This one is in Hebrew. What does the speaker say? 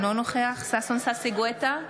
אינו נוכח ששון ששי גואטה,